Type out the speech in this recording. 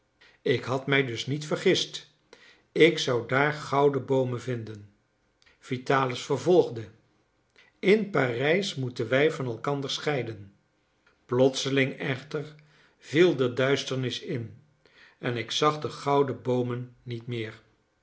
ik had mij dus niet vergist ik zou daar gouden boomen vinden vitalis vervolgde in parijs moeten wij van elkander scheiden plotseling echter viel de duisternis in en ik zag de gouden boomen niet meer